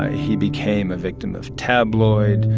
he became a victim of tabloids.